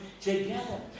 together